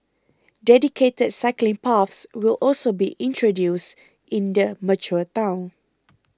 dedicated cycling paths will also be introduced in their mature town